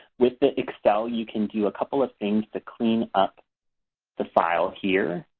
with the excel, you can do a couple of things to clean up the file here.